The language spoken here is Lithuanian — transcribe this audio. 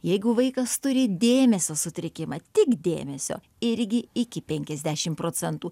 jeigu vaikas turi dėmesio sutrikimą tik dėmesio irgi iki penkiasdešimt procentų